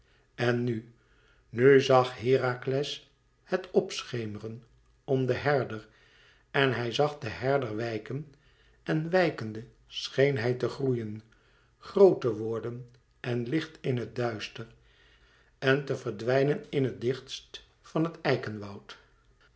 en nu nu zag herakles het p schemeren om den herder en hij zag den herder wijken en wijkende scheen hij te groeien groot te worden en licht in het duister en te verdwijnen in het dichtst van het eikenwoud